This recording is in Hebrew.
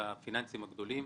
והפיננסים הגדולים.